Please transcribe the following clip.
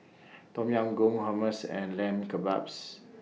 Tom Yam Goong Hummus and Lamb Kebabs